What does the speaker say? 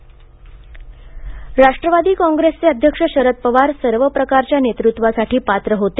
आठवले राष्ट्रवादी काँग्रेसचे अध्यक्ष शरद पवार सर्व प्रकारच्या नेतृत्वासाठी पात्र होते